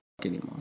anymore